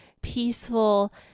peaceful